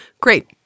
Great